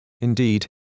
indeed